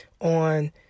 on